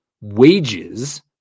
Wages